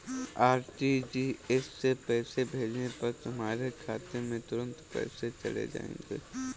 RTGS से पैसे भेजने पर तुम्हारे खाते में तुरंत पैसे चले जाएंगे